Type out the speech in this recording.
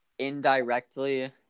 Indirectly